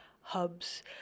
hubs